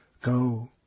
Go